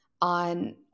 on